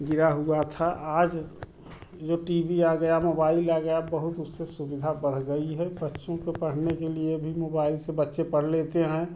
गिरा हुआ था आज जो टी वी आ गया मोबाइल आ गया बहुत उससे सुविधा बढ़ गई है बच्चों को पढ़ने के लिए भी मोबाइल से बच्चे पढ़ लेते हैं